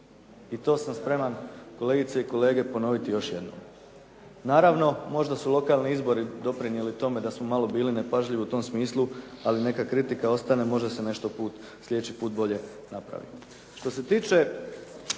I to sam spreman kolegice i kolege ponoviti još jednom. Naravno, možda su lokalni izbori doprinijeli tome da smo malo bili nepažljivi u tom smislu, ali neka kritika ostane, možda se nešto sljedeći put bolje napravi.